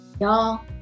Y'all